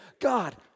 God